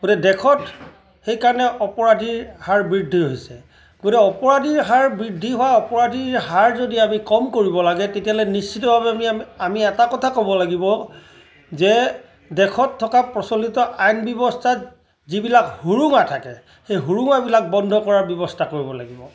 গোটেই দেশত সেইকাৰণে অপৰাধীৰ হাৰ বৃদ্ধি হৈছে গতিকে অপৰাধীৰ হাৰ বৃদ্ধি হোৱা অপৰাধীৰ হাৰ যদি আমি কম কৰিব লাগে তেতিয়াহ'লে নিশ্চিতভাৱে আমি আমি এটা কথা ক'ব লাগিব যে দেশত থকা প্ৰচলিত আইন ব্যৱস্থাত যিবিলাক সুৰুঙা থাকে সেই সুৰুঙাবিলাক বন্ধ কৰিবৰ ব্যৱস্থা কৰিব লাগিব